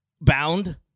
bound